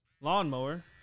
lawnmower